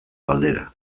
galdera